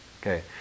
Okay